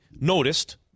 noticed